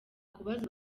kubaza